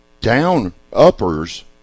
down-uppers